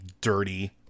dirty